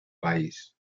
país